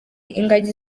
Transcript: ingagi